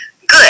good